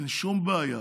אין שום בעיה